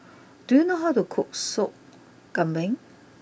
do you know how to cook Sop Kambing